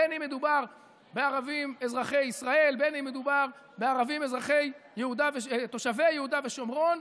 בין שמדובר בערבים אזרחי ישראל ובין שמדובר בערבים תושבי יהודה ושומרון.